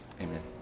Amen